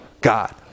God